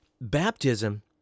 Baptism